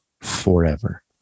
forever